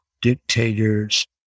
dictators